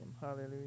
Hallelujah